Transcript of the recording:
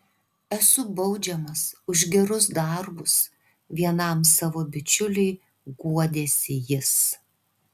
esu baudžiamas už gerus darbus vienam savo bičiuliui guodėsi jis